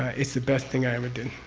ah it's the best thing i ever did.